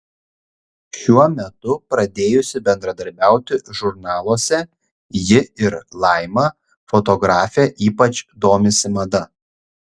šiuo metu pradėjusi bendradarbiauti žurnaluose ji ir laima fotografė ypač domisi mada